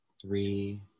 three